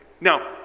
Now